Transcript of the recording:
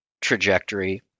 trajectory